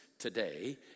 today